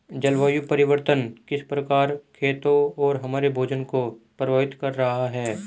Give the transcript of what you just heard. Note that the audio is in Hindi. जलवायु परिवर्तन किस प्रकार खेतों और हमारे भोजन को प्रभावित कर रहा है?